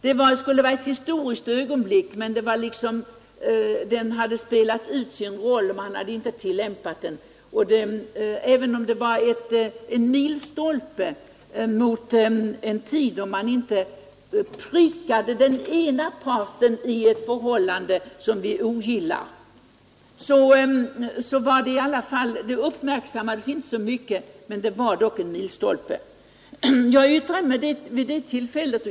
Det skulle vara ett historiskt ögonblick, men lagen hade spelat ut sin roll, och man hade inte tillämpat den på länge. Även om inte händelsen uppmärksammades så mycket var den dock en milstolpe på väg mot en tid då vi inte prickar den ena parten i ett förhållande som vi ogillar. Jag yttrade mig i det tillfället.